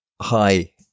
hi